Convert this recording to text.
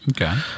Okay